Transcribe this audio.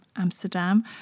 Amsterdam